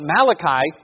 Malachi